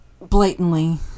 blatantly